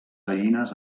gallines